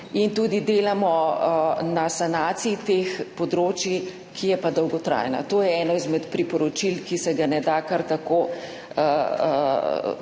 in delamo na sanaciji teh področij, ki je pa dolgotrajna. To je eno izmed priporočil, ki se jih ne da kar tako čez